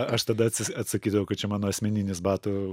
aš tada atsakydavau kad čia mano asmeninis batų